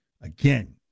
Again